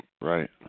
right